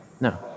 no